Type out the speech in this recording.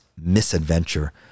misadventure